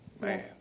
man